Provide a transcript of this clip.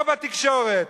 לא בתקשורת.